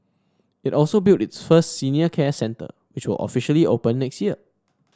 it also built its first senior care centre which were officially open next year